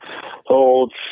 hold